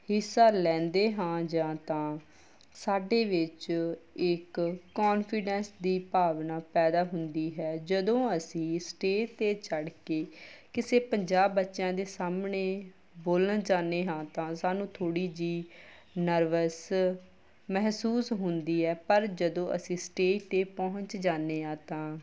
ਹਿੱਸਾ ਲੈਂਦੇ ਹਾਂ ਜਾਂ ਤਾਂ ਸਾਡੇ ਵਿੱਚ ਇੱਕ ਕੋਨਫੀਡੈਂਸ ਦੀ ਭਾਵਨਾ ਪੈਦਾ ਹੁੰਦੀ ਹੈ ਜਦੋਂ ਅਸੀਂ ਸਟੇਜ 'ਤੇ ਚੜ੍ਹ ਕੇ ਕਿਸੇ ਪੰਜਾਹ ਬੱਚਿਆਂ ਦੇ ਸਾਹਮਣੇ ਬੋਲਣ ਜਾਂਦੇ ਹਾਂ ਤਾਂ ਸਾਨੂੰ ਥੋੜ੍ਹੀ ਜਿਹੀ ਨਰਵਸ ਮਹਿਸੂਸ ਹੁੰਦੀ ਹੈ ਪਰ ਜਦੋਂ ਅਸੀਂ ਸਟੇਜ 'ਤੇ ਪਹੁੰਚ ਜਾਦੇ ਹਾਂ ਤਾਂ